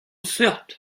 seurt